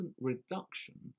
reduction